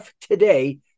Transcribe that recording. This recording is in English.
today